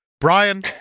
Brian